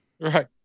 Right